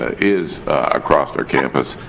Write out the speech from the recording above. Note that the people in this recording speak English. is across our campus,